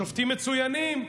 השופטים מצוינים,